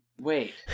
wait